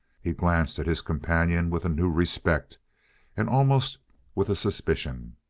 he glanced at his companion with a new respect and almost with a suspicion.